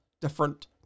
different